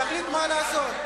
תחליט מה לעשות.